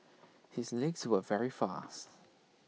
his legs were very fast